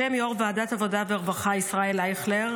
בשם יו"ר ועדת העבודה והרווחה ישראל אייכלר,